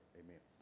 amen